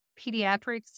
pediatrics